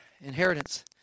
inheritance